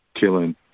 killing